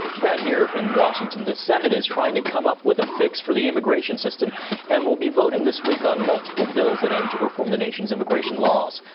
pat, here in washington, the senate is trying to come up with a fix for the immigration system and will be voting this week on multiple bills that aim to reform the nation's immigration laws.